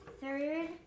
third